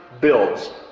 builds